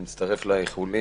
אני מצטרף לאיחולים,